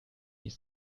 ist